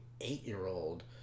eight-year-old